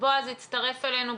בועז הצטרף אלינו.